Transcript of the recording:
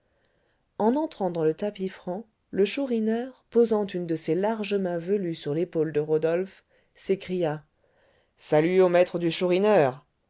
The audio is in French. en entrant dans le tapis franc le chourineur posant une de ses larges mains velues sur l'épaule de rodolphe s'écria salut au maître du